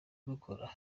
dukora